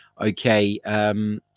Okay